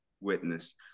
witness